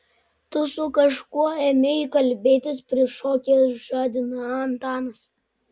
tu su kažkuo ėmei kalbėtis prišokęs žadina antanas